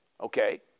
okay